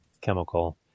chemical